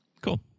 Cool